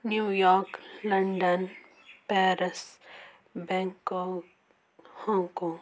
New York London Paris Bangkok Hong Kong